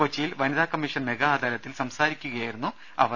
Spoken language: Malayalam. കൊച്ചിയിൽ വനിതാ കമ്മീഷൻ മെഗാ അദാലത്തിൽ സംസാരിക്കുകയായിരുന്നു അവർ